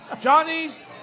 Johnny's